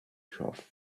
shop